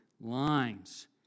lines